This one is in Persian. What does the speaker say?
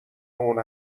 اون